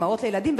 אמהות לילדים,